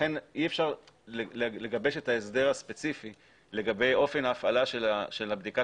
לכן אי אפשר לגבש את ההסדר הספציפי לגבי אופן ההפעלה של בדיקת